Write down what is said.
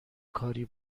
کاری